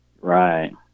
Right